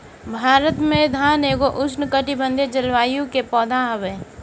भारत में धान एगो उष्णकटिबंधीय जलवायु के पौधा हवे